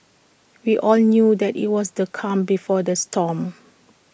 we all knew that IT was the calm before the storm